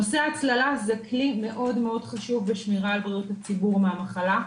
נושא הצללה זה כלי מאוד חשוב בשמירה על בריאות הציבור מהמחלה.